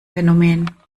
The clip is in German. phänomen